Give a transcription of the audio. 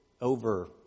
over